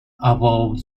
above